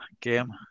game